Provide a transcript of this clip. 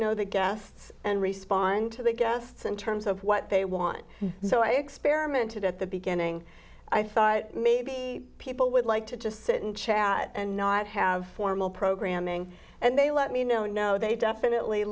know the guests and respond to the guests in terms of what they want so i experimented at the beginning i thought maybe people would like to just sit and chat and not have formal programming and they let me know no they definitely